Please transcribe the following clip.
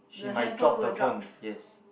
she might drop the phone yes